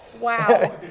Wow